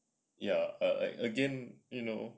ya again you know